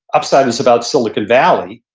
upside is about silicon valley.